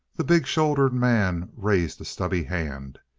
the big-shouldered man raised a stubby hand.